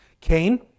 Cain